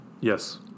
Yes